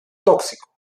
tóxico